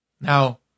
Now